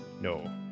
no